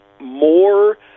more